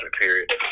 period